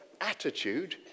attitude